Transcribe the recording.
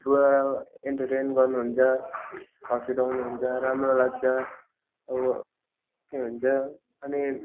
entertain गर्नुहुन्छ हाँसो उठाउनु हुन्छ राम्रो लाग्छ अब के भन्छ अनि